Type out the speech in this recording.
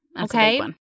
okay